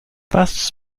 was